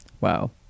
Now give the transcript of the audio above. Wow